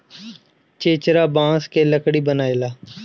चेचरा बांस के लकड़ी बनेला